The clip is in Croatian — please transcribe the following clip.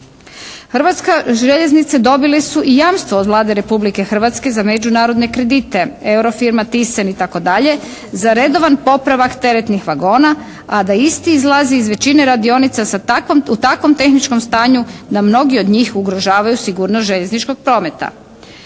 Hrvatske željeznice dobile su i jamstvo od Vlade Republike Hrvatske za međunarodne kredite. Euro firma «Tisen» i tako dalje za redovan popravak teretnih vagona a da isti izlazi iz većine radionica sa takvom, u takvom tehničkom stanju da mnogi od njih ugrožavaju sigurnost željezničkog prometa.